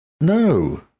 No